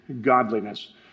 godliness